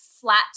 Flat